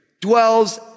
dwells